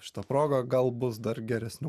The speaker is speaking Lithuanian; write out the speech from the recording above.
šita proga gal bus dar geresnių